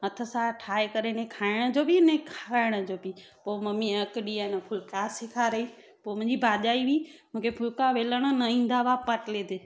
हथ सां ठाहे करे ने खाइण जो बि ने खाइण जो बि पो मम्मी हिकु ॾींहुं न फुलका सेखारियो पोइ मुंहिंजी भाॼाई हुई मूंखे फुलका वेलण न ईंदा हुआ पातले ते